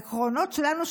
העקרונות שלנו,